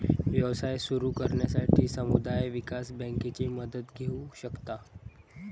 व्यवसाय सुरू करण्यासाठी समुदाय विकास बँकेची मदत घेऊ शकता